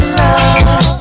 love